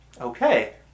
Okay